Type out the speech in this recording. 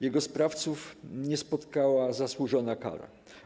Jego sprawców nie spotkała zasłużona kara.